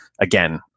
again